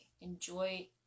Enjoy